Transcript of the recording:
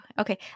Okay